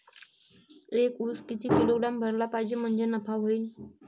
एक उस किती किलोग्रॅम भरला पाहिजे म्हणजे नफा होईन?